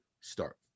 start